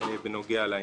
בנוגע לעניין.